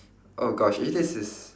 oh gosh eh this is